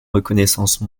reconnaissance